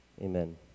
Amen